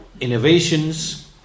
innovations